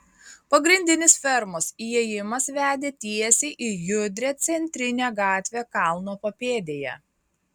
pagrindinis fermos įėjimas vedė tiesiai į judrią centrinę gatvę kalno papėdėje